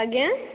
ଆଜ୍ଞା